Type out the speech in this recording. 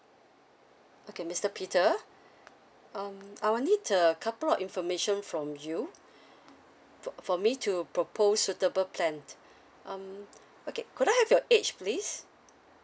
okay mister peter um I will need a couple of information from you for for me to propose suitable plan um okay could I have your age please